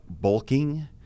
bulking